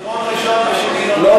עשירון ראשון ושני לא,